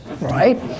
right